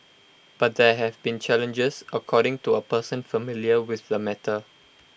but there have been challenges according to A person familiar with the matter